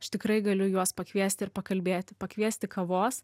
aš tikrai galiu juos pakviesti ir pakalbėti pakviesti kavos